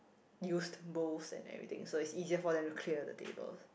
used bowls and everything so it's easier for them to clear the table